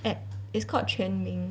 app it's called 全民